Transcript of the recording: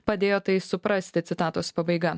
padėjo tai suprasti citatos pabaiga